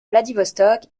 vladivostok